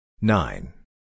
nine